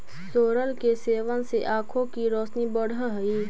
सोरल के सेवन से आंखों की रोशनी बढ़अ हई